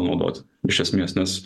naudoti iš esmės nes